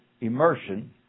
immersion